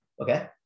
Okay